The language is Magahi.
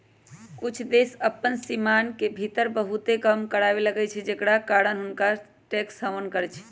कुछ देश अप्पन सीमान के भीतर बहुते कम कर लगाबै छइ जेकरा कारण हुंनका टैक्स हैवन कहइ छै